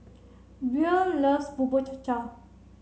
Buel loves Bubur Cha Cha